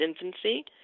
infancy